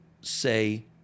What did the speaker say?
say